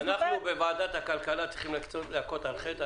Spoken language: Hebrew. אנחנו בוועדת הכלכלה צריכים להכות על חטא.